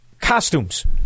costumes